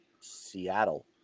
Seattle